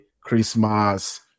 Christmas